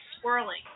swirling